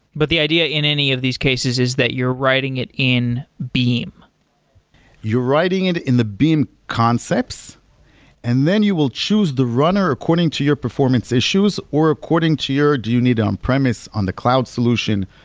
but the idea in any of these cases is that you're writing it in beam you're writing it in the beam concepts and then you will choose the runner according to your performance issues, or according to your do you need an on-premise on the cloud solution.